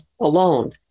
alone